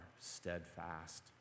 steadfast